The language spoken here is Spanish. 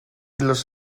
los